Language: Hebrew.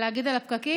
להגיד על הפקקים?